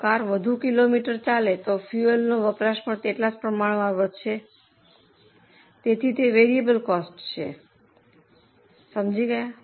જો કાર વધુ કિલોમીટર ચાલે છે તો ફુએલનો વપરાશ પણ તેટલા જ પ્રમાણમાં વધશે તેથી તે વેરિયેબલ કોસ્ટ છે સમજી ગયા